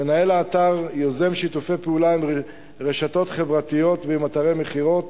מנהל האתר יוזם שיתופי פעולה עם רשתות חברתיות ועם אתרי מכירות.